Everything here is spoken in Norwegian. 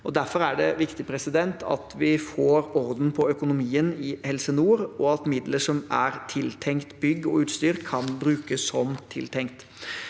Derfor er det viktig at vi får orden på økonomien i Helse nord, og at midler som er tiltenkt bygg og utstyr, kan brukes som tiltenkt.